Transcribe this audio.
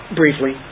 briefly